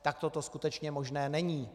Takto to skutečně možné není.